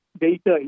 data